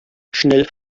schnell